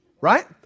Right